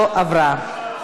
לא התקבלה.